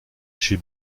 chez